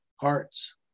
hearts